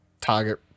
target